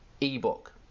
ebook